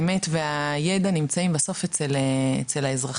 האמת והידע נמצאים בסוף אצל האזרחים.